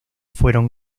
fueron